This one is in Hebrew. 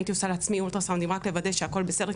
הייתי עושה לעצמי אולטרה סאונדים רק לוודא שהכול בסדר.